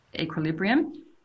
equilibrium